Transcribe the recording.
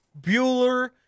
Bueller